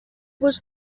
was